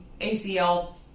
ACL